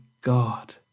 God